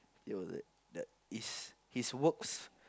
it's his works